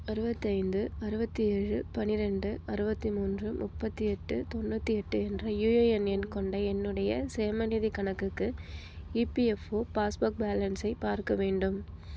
அறுபத்தி ஐந்து அறுபத்தி ஏழு பன்னிரெண்டு அறுபத்தி மூன்று முப்பத்தி எட்டு தொண்ணூற்றி எட்டு என்ற யுஏஎன் எண் கொண்ட என்னுடைய சேமநிதிக் கணக்குக்கு இபிஎஃப்ஓ பாஸ்புக் பேலன்ஸை பார்க்க வேண்டும்